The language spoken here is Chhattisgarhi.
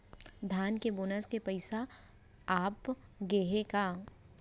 धान के बोनस के पइसा आप गे हे का?